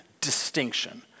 distinction